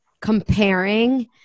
comparing